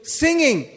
singing